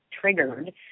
triggered